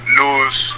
lose